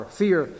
fear